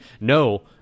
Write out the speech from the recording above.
No